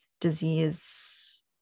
disease